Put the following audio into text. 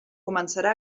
començarà